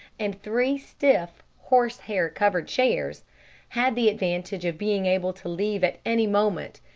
and three stiff horsehair-covered chairs had the advantage of being able to leave at any moment,